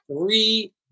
three